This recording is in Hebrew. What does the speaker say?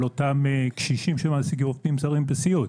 אותם קשישים שמעסיקים עובדים זרים בסיעוד.